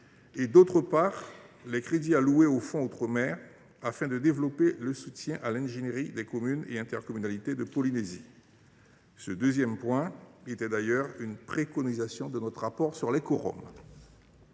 d’autre part, les crédits alloués au fonds outre mer aux fins de développer le soutien à l’ingénierie des communes et intercommunalités de Polynésie. Ce second point comptait du reste au nombre des préconisations de notre rapport sur les Corom.